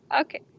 Okay